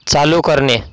चालू करणे